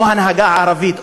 או ההנהגה הערבית,